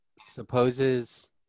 supposes